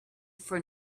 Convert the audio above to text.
for